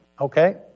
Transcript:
Okay